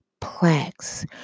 plaques